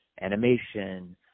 animation